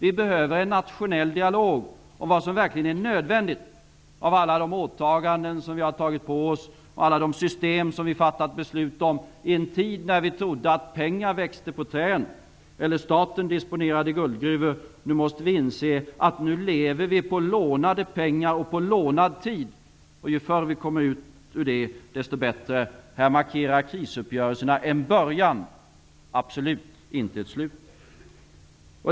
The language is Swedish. Vi behöver en nationell dialog om vad som verkligen är nödvändigt av alla de åtaganden som vi har tagit på oss och alla de system som vi har fattat beslut om i en tid då vi trodde att pengar växte på träd eller att staten disponerade guldgruvor. Nu måste vi inse att vi lever på lånade pengar och på lånad tid. Ju förr vi kommer ut ur detta, desto bättre. I detta sammanhang markerar krisuppgörelserna en början och absolut inte något slut.